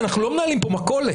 אנחנו לא מנהלים פה מכולת.